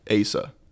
Asa